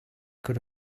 could